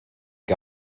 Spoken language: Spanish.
que